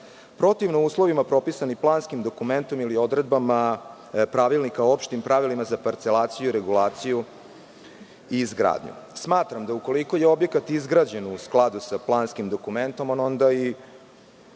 protivno uslovima propisani planskim dokumentom ili odredbama Pravilnika o opštim pravilima za parcelaciju, regulaciju i izgradnju. Smatram da ukoliko je objekat izgrađen u skladu sa planskim dokumentom, on onda i